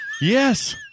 Yes